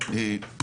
האחרונות,